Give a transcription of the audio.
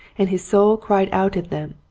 and his soul cried out in them,